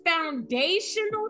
foundational